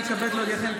אני מתכבדת להודיעכם,